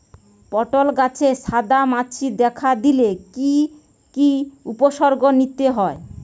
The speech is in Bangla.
পটল গাছে সাদা মাছি দেখা দিলে কি কি উপসর্গ নিতে হয়?